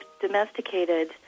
domesticated